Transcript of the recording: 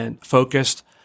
focused